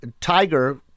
Tiger